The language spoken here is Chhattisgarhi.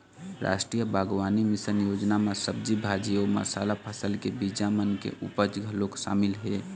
रास्टीय बागबानी मिसन योजना म सब्जी भाजी अउ मसाला फसल के बीजा मन के उपज घलोक सामिल हे